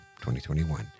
2021